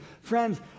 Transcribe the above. Friends